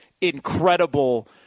incredible